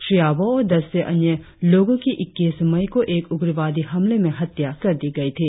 श्री अबोह और दस अन्य लोगों की ईक्कीस मई को एक उग्रवादी हमले में हत्या कर दी गई थी